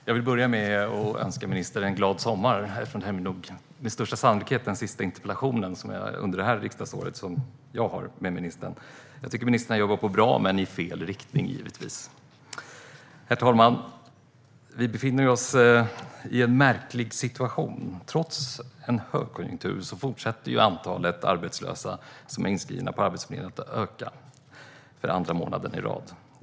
Herr talman! Jag vill börja med att önska ministern en glad sommar. Detta är med största sannolikhet min sista interpellationsdebatt med ministern under det här riksdagsåret. Jag tycker att ministern har jobbat på bra men, givetvis, i fel riktning. Herr talman! Vi befinner oss i en märklig situation. Trots en högkonjunktur ökar antalet arbetslösa som är inskrivna på Arbetsförmedlingen för andra månaden i rad.